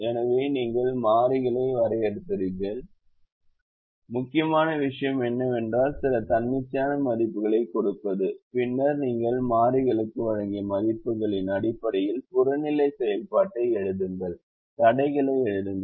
எனவே நீங்கள் மாறிகளை வரையறுக்கிறீர்கள் முக்கியமான விஷயம் என்னவென்றால் சில தன்னிச்சையான மதிப்புகளைக் கொடுப்பது பின்னர் நீங்கள் மாறிகளுக்கு வழங்கிய மதிப்புகளின் அடிப்படையில் புறநிலை செயல்பாட்டை எழுதுங்கள் தடைகளை எழுதுங்கள்